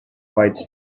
flights